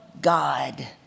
God